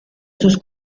sus